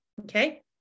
okay